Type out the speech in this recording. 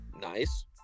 nice